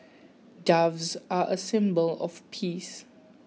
doves are a symbol of peace